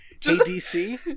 ADC